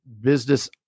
business